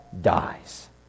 dies